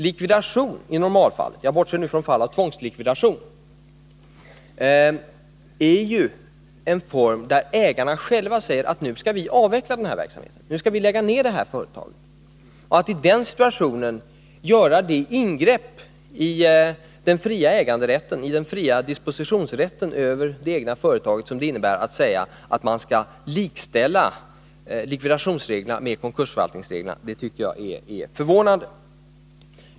Likvidation är jui normalfallet — jag bortser nu från fall av tvångslikvidation — en form där ägarna själva bestämmer att de skall avveckla verksamheten och lägga ner företaget. Att i den situationen vilja göra det ingrepp i den fria äganderätten och i den fria dispositionsrätten över det egna företaget som det innebär att man säger att man skall likställa likvidationsreglerna med konkursförvaltningsreglerna tycker jag är förvånande.